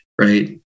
right